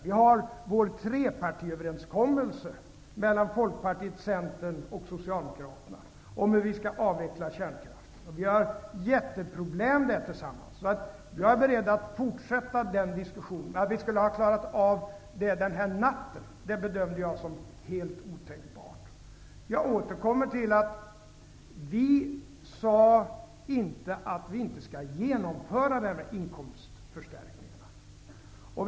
Vi har vår trepartiöverenskommelse mellan Folkpartiet, Centern och Socialdemokraterna om hur vi skall avveckla kärnkraften. Vi har jätteproblem tillsammans på det området. Jag är beredd att fortsätta den diskussionen. Att vi skulle ha klarat av detta den där natten bedömde jag som helt otänkbart. Jag återkommer till att vi inte sade att vi inte skall genomföra inkomstförstärkningarna.